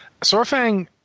Sorfang